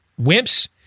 Wimps